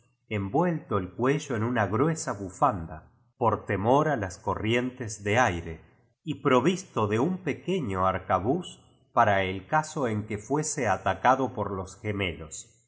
envuelto el cuello en una gruesa bufanda por temor a loa corieutea de aire y provisto de un pequeño arcabuz el fantasmal de gautervilla para el raso en que fuese atacado por loa ge